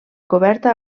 coberta